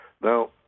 now